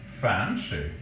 Fancy